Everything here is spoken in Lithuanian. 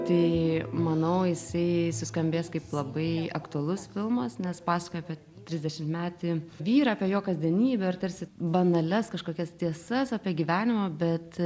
tai manau jisai suskambės kaip labai aktualus filmas nes pasakoja apie trisdešimtmetį vyrą apie jo kasdienybę ir tarsi banalias kažkokias tiesas apie gyvenimą bet